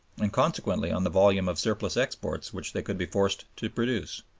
and consequently on the volume of surplus exports which they could be forced to produce.